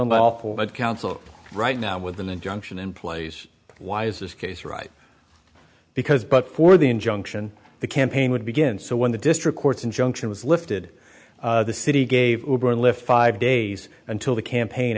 lead counsel right now with an injunction in place why is this case right because but for the injunction the campaign would begin so when the district court injunction was lifted the city gave her a lift five days until the campaign